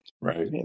Right